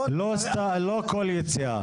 לא כל יציאה.